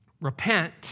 Repent